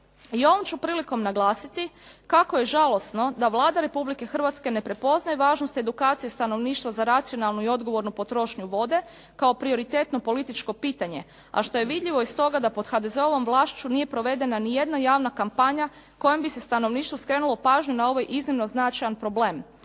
I ovom ću prilikom naglasiti kako je žalosno da Vlada Republike Hrvatske ne prepoznaje važnost edukacije stanovništva za racionalnu i odgovornu potrošnju vode kao prioritetno političko pitanje, a što je vidljivo iz toga da pod HDZ-ovom vlašću nije provedena ni jedna javna kampanja kojom bi se stanovništvu skrenulo pažnju na ovaj iznimno značajan problem.